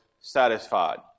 satisfied